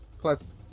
Plus